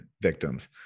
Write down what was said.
victims